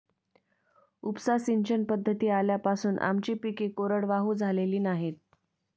उपसा सिंचन पद्धती आल्यापासून आमची पिके कोरडवाहू झालेली नाहीत